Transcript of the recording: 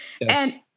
Yes